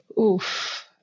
Oof